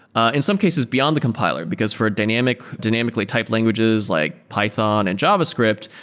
in some cases beyond the compiler, because for dynamically-typed dynamically-typed languages like python and javascript,